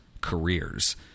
careers